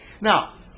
Now